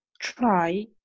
try